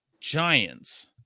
Giants